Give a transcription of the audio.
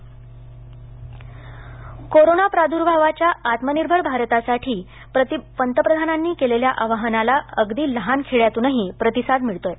Palghar corona प्रादुर्भावाच्या आत्मनिर्भर भारतासाठी पंतप्रधानांनी केलेल्या आवाहनाला अगदी लहान खेड्यातूनही प्रतिसाद मिळतोय